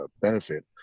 benefit